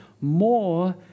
more